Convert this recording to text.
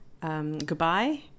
Goodbye